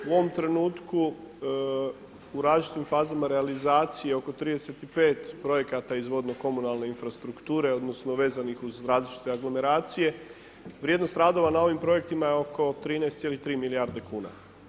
U ovom trenutku u različitim fazama realizacije oko 35 projekata iz vodno komunalne infrastrukture, odnosno, vezanih uz različita aglomeracije, vrijednost radova na ovim projektima je oko 13,3 milijarde kuna.